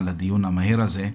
על הדיון המהיר הזה.